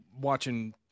watching